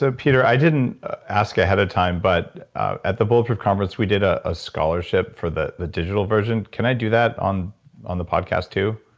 peter, i didn't ask ahead of time, but at the bulletproof conference we did ah a scholarship for the the digital version. can i do that on on the podcast too?